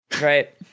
right